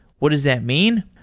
what does that mean?